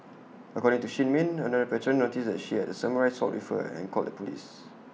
according to shin min another patron noticed that she had A samurai sword with her and called the Police